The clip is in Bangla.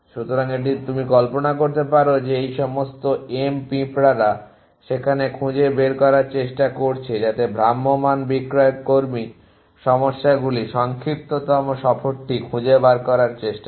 সুতরাং তুমি কল্পনা করতে পারো যে এই সমস্ত M পিঁপড়ারা সেখানে খুঁজে বের করার চেষ্টা করছে যাতে ভ্রাম্যমান বিক্রয়কর্মী সমস্যাগুলি সংক্ষিপ্ততম সফরটি খুঁজে বার করার চেষ্টা করে